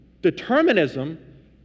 determinism